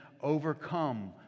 overcome